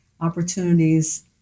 opportunities